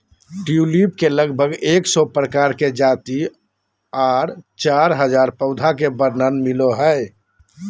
tulip के लगभग एक सौ प्रकार के जाति आर चार हजार पौधा के वर्णन मिलो हय